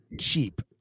cheap